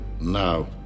now